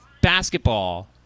basketball